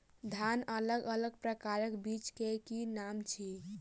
धान अलग अलग प्रकारक बीज केँ की नाम अछि?